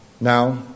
Now